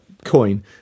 coin